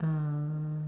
err